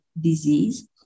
disease